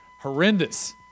horrendous